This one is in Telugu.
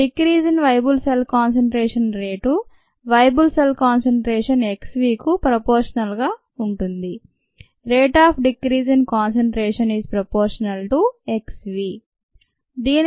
decrease in viable cell concentration rate viable cell concentration xv కు ప్రోపోషనల్ గా ఉంటుంది